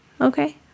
Okay